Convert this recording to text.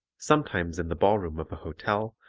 sometimes in the ballroom of a hotel,